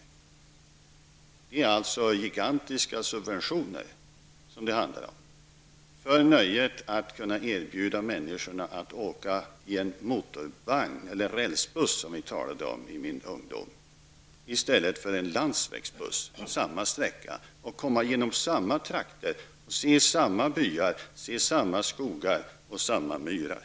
Det handlar alltså om gigantiska subventioner för nöjet att kunna erbjuda människor att åka i en motorvagn, eller rälsbuss som vi talade om i min ungdom, i stället för i en landsvägsbuss. Landsvägsbussen skulle gå samma sträcka, komma genom samma trakter och man skulle se samma byar, samma skogar och samma myrar.